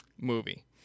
Movie